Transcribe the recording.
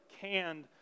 canned